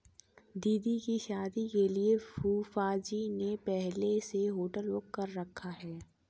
दीदी की शादी के लिए फूफाजी ने पहले से होटल बुक कर रखा है